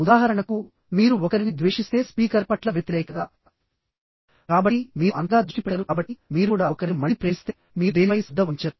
ఉదాహరణకు మీరు ఒకరిని ద్వేషిస్తే స్పీకర్ పట్ల వ్యతిరేకత కాబట్టి మీరు అంతగా దృష్టి పెట్టరు కాబట్టి మీరు కూడా ఒకరిని మళ్లీ ప్రేమిస్తే మీరు దేనిపై శ్రద్ధ వహించరు